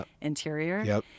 interior